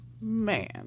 man